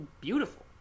beautiful